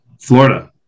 Florida